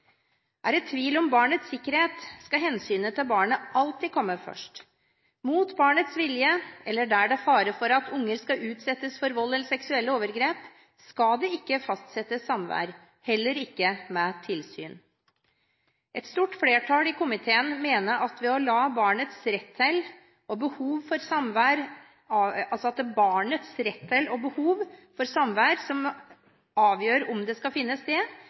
Er det tvil om barnets sikkerhet, skal hensynet til barnet alltid komme først. Mot barnets vilje, eller der det er fare for at barnet utsettes for vold eller seksuelle overgrep, skal det ikke fastsettes samvær, heller ikke med tilsyn. Et stort flertall i komiteen mener at ved å la barnets rett til og behov for samvær avgjøre om det skal finne sted, vil man lettere kunne beskytte mot vold og